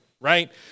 right